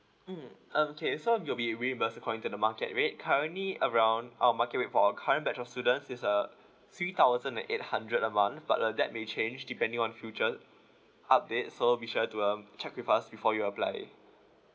mm um okay so it will be reimburse depend on the market rate currently around our market for our current batch of students is uh three thousand and eight hundred a month but uh that may change depending on future update so be sure to um check with us before you apply